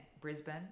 Brisbane